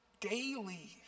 daily